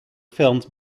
filmed